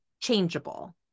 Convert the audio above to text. changeable